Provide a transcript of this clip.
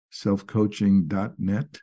selfcoaching.net